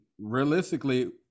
realistically